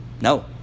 no